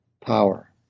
power